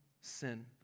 sin